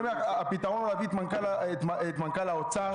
הפתרון להביא את מנכ"ל האוצר,